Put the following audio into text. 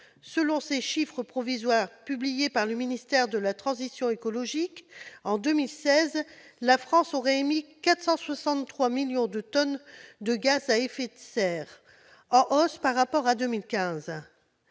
selon ces chiffres provisoires, publiés par le ministère de la transition écologique, en 2016, la France aurait émis 463 millions de tonnes de gaz à effet de serre, en hausse par rapport à 2015.